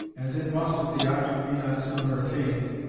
as it must if the object be not sooner attained,